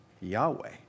Yahweh